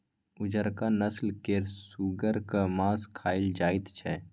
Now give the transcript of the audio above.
उजरका नस्ल केर सुगरक मासु खाएल जाइत छै